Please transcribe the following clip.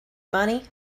money